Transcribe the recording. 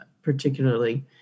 particularly